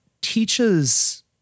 teaches